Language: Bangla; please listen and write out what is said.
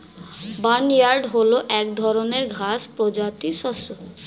বার্নইয়ার্ড হল এক ধরনের ঘাস প্রজাতির শস্য